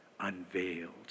unveiled